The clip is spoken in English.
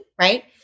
Right